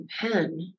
pen